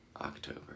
October